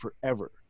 forever